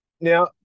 now